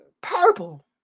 purple